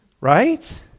right